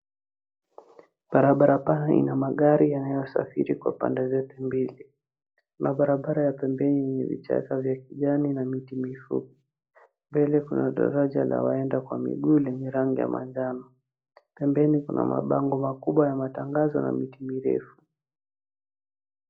Barabara pana ina magari yanayosafiri kwa pande zote mbili. Kuna barabara ya pembeni yenye vichaka vya kijani na miti mifupi. Mbele kuna daraja la waenda kwa miguu lenye rangi ya manjano. Pembeni kuna mabango makubwa ya matangazo na miti mirefu.